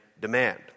demand